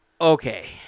Okay